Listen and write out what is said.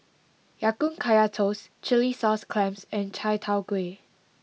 Ya Kun Kaya Toast Chilli Sauce clams and Chai Tow Kuay